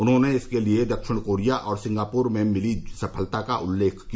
उन्होंने इसके लिए दक्षिण कोरिया और सिंगापुर में मिली सफलता का उल्लेख किया